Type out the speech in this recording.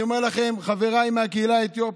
אני אומר לכם, חבריי מהקהילה האתיופית,